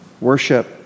worship